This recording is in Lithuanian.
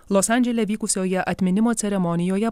los andžele vykusioje atminimo ceremonijoje